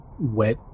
wet